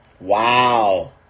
Wow